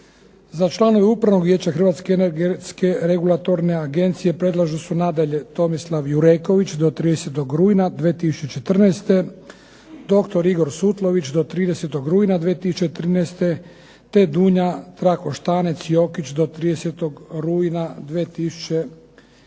Za članove Upravnog vijeća Hrvatske energetske regulatorne agencije predlaže se nadalje Tomislav Jureković do 30. rujna 2014., doktor Igor Sutlović do 30. rujna 2013., te Dunja Trakošćanec-Jokić do 30. rujna 2011.